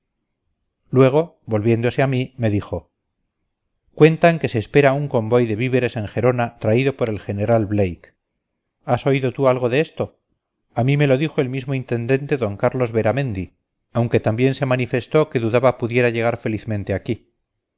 luego volviéndose a mí me dijo cuentan que se espera un convoy de víveres en gerona traído por el general blake has oído tú algo de esto a mí me lo dijo el mismo intendente d carlos beramendi aunque también se manifestó que dudaba pudiera llegar felizmente aquí